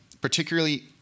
particularly